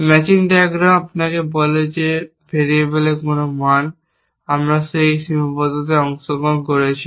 matching diagram আপনাকে বলে যে ভেরিয়েবলের কোন মান আমরা সেই সীমাবদ্ধতায় অংশগ্রহণ করছি